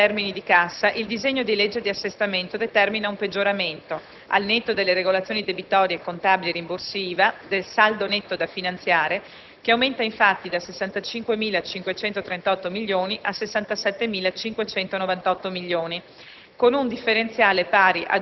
Si osserva quindi che, anche in termini di cassa, il disegno di legge di assestamento determina un peggioramento, al netto delle regolazioni debitorie, contabili e rimborsi IVA, del saldo netto da finanziare, che aumenta infatti da 65.538 milioni a 67.598 milioni,